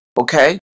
okay